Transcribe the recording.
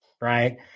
right